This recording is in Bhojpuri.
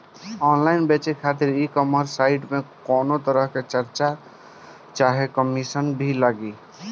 ऑनलाइन बेचे खातिर ई कॉमर्स साइट पर कौनोतरह के चार्ज चाहे कमीशन भी लागी?